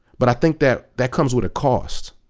but i think that that comes with a cost.